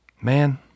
man